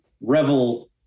revel